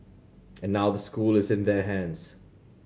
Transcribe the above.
and now the school is in their hands